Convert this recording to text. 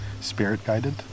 spirit-guided